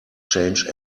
change